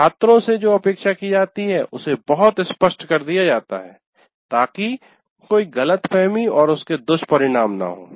छात्रों से जो अपेक्षा की जाती है उसे बहुत स्पष्ट कर दिया जाता है ताकि कोई गलतफहमी और उसके दुष्परिणाम न हों